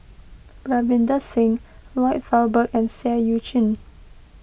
Ravinder Singh Lloyd Valberg and Seah Eu Chin